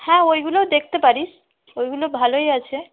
হ্যাঁ ওইগুলোও দেখতে পারিস ওগুলো ভালোই আছে